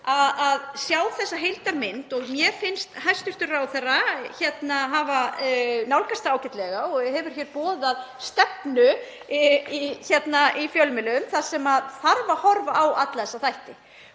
að sjá þessa heildarmynd og mér finnst hæstv. ráðherra hafa nálgast það ágætlega og hefur hér boðað stefnu í fjölmiðlum þar sem þarf að horfa á alla þessa þætti